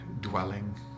dwelling